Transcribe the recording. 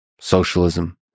socialism